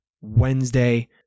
wednesday